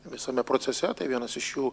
visame procese tai vienas iš jų